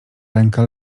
ręka